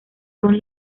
son